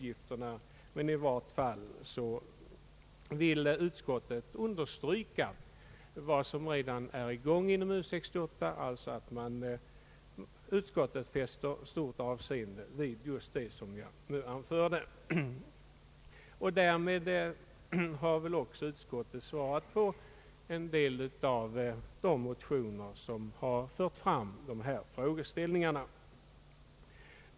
I varje fall vill utskottet understryka vad som är på gång inom U 68 och att man fäster stort avseende vid det, Därmed har väl också utskottet svarat på en del av de motioner som har fört fram dessa frågeställningar.